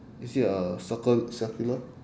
is it a circle circular